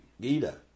Gita